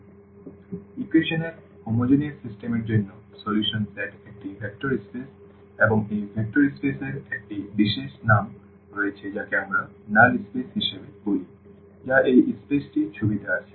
সুতরাং ইকুয়েশন এর হোমোজেনিয়াস সিস্টেমের জন্য সমাধান সেট একটি ভেক্টর স্পেস এবং এই ভেক্টর স্পেস এর একটি বিশেষ নাম রয়েছে যাকে আমরা নাল স্পেস হিসাবে বলি যা এই স্পেসটি ছবিতে আসে